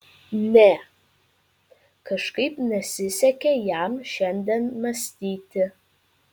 ne kažkaip nesisekė jam šiandien mąstyti